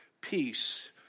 peace